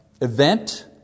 event